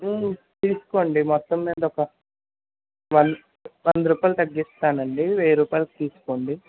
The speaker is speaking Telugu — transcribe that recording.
తీసుకోండి మొత్తం మీదొక వన్ వందరూపాయలు తగ్గిస్తానండి వెయ్యి రూపాయలుకి తీసుకోండి